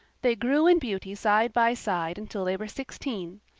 they grew in beauty side by side until they were sixteen.